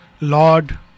Lord